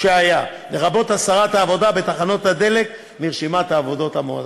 לרבות הסרת העבודה בתחנות הדלק מרשימת העבודות המועדפות.